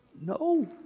No